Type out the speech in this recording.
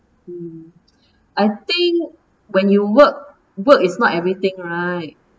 I think when you work work is not everything right